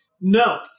No